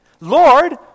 Lord